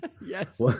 yes